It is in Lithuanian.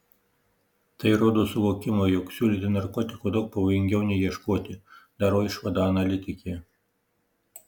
tai rodo suvokimą jog siūlyti narkotiko daug pavojingiau nei ieškoti daro išvadą analitikė